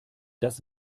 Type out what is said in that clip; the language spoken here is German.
das